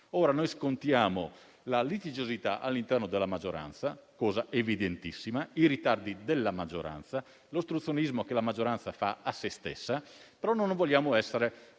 Ora, scontiamo la litigiosità all'interno della maggioranza (cosa evidentissima), i ritardi della maggioranza e l'ostruzionismo che la maggioranza fa a sé stessa, però non vogliamo esserne